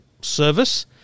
service